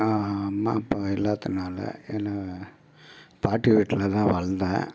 அம்மா அப்பா இல்லாதனால் என்னை பாட்டி வீட்டில்தான் வளர்ந்தேன்